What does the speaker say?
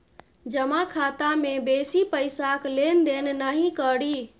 जमा खाता मे बेसी पैसाक लेन देन नहि करी